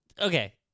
Okay